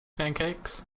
pancakes